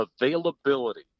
availability